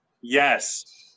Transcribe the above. yes